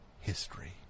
History